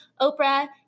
Oprah